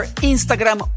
Instagram